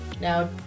Now